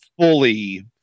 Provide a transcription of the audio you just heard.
Fully